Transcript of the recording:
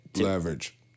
Leverage